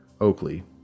oakley